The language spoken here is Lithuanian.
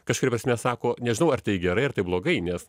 kažkuria prasme sako nežinau ar tai gerai ar tai blogai nes